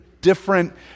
different